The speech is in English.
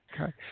Okay